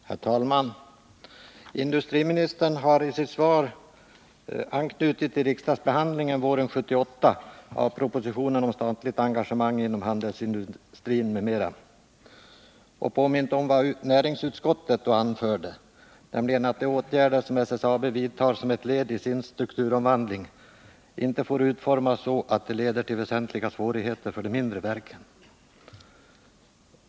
Herr talman! Industriministern har i sitt svar anknutit till riksdagsbehandlingen våren 1978 av propositionen om statligt engagemang inom handelsstålsindustrin m.m. och påmint om vad näringsutskottet då anförde, nämligen ”att de åtgärder som SSAB vidtar som ett led i sin strukturomvandling inte får utformas så att de leder till väsentliga svårigheter för de mindre verken”.